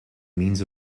means